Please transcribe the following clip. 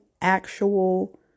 actual